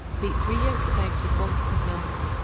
beat three yolks of eggs with one cup of milk,